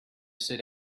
sit